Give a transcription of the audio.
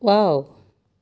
wow